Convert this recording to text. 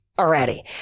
already